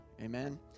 amen